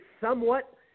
somewhat